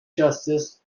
justice